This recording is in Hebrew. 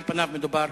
על פניו מדובר